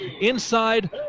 inside